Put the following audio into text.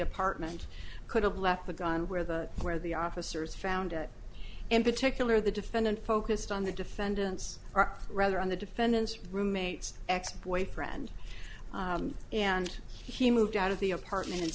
apartment could have left the gun where the where the officers found it in particular the defendant focused on the defendants are rather on the defendant's roommate's ex boyfriend and he moved out of the apartment in